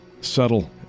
subtle